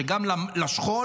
שגם בשכול